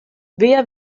via